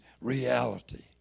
reality